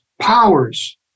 powers